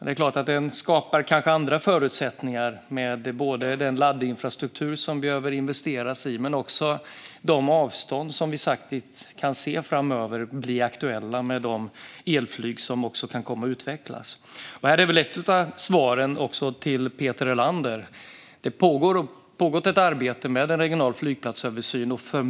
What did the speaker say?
Det skapas kanske andra förutsättningar med den laddinfrastruktur som det behöver investeras i men också med de avstånd som vi kan se bli aktuella framöver med de elflyg som kan komma att utvecklas. Ett av svaren till Peter Helander är att det har pågått ett arbete med en regional flygplatsöversyn.